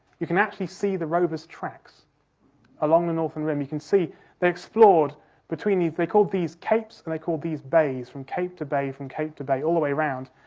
you can actually see the rover's tracks along the northern rim. you can see they explored between these they called these capes and they called these bays, from cape to bay, from cape to bay, all the way around.